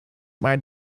maar